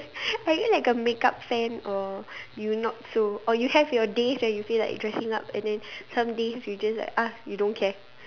are you like a makeup fan or you not so or you have your days where you feel like dressing up and then some days you just like !ah! you don't care